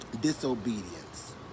disobedience